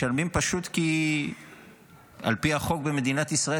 משלמים פשוט כי על פי החוק במדינת ישראל,